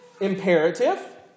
Imperative